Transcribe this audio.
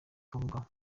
kabuga